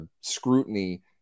scrutiny